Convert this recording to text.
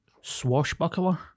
swashbuckler